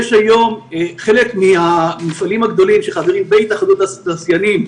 היום חלק מהמפעלים הגדולים שחברים בהתאחדות התעשיינים,